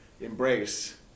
embrace